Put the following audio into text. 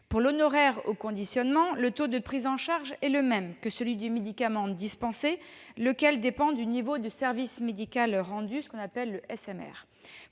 Pour l'honoraire au conditionnement, le taux de prise en charge est le même que celui du médicament dispensé, lequel dépend du niveau de service médical rendu (SMR). Pour les